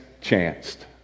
chanced